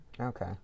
Okay